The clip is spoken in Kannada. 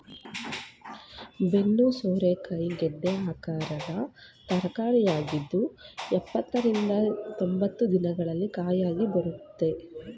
ಬೆನ್ನು ಸೋರೆಕಾಯಿ ಗೆಡ್ಡೆ ಆಕಾರದ ತರಕಾರಿಯಾಗಿದ್ದು ಎಪ್ಪತ್ತ ರಿಂದ ಎಂಬತ್ತು ದಿನಗಳಲ್ಲಿ ಕುಯ್ಲಿಗೆ ಬರುತ್ತೆ